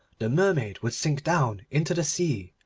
the mermaid would sink down into the sea,